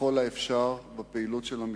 ככל האפשר בפעילות המשרד.